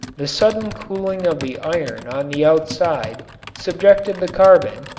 the sudden cooling of the iron on the outside subjected the carbon,